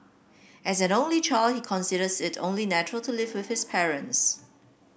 as an only child he considers it only natural to live with his parents